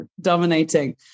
dominating